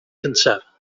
cyntaf